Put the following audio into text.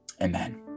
amen